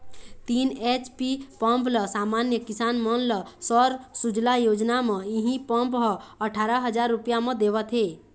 तीन HP pump ल समान्य किसान मन ल सौर सूजला योजना म इहीं पंप ह अठारा हजार रूपिया म देवत हे